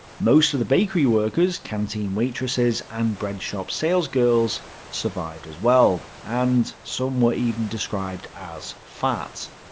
most of the bakery workers, canteen waitresses and bread-shop sales girls survived as well and some were even described as fat.